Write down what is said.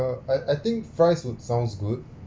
uh I I think fries would sounds good